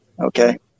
Okay